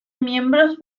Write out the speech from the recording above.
miembros